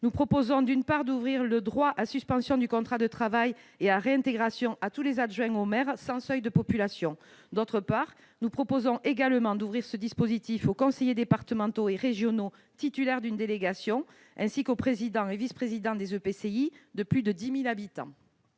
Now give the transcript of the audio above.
Nous proposons donc d'ouvrir le droit à suspension du contrat de travail et à réintégration à tous les adjoints au maire, sans seuil de population. Nous proposons également d'ouvrir ce dispositif aux conseillers départementaux et régionaux titulaires d'une délégation, ainsi qu'aux présidents et vice-présidents des EPCI de plus de 10 000 habitants.